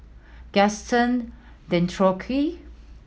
Gaston Dutronquoy